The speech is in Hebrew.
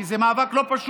כי זה מאבק לא פשוט,